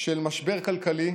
של משבר כלכלי,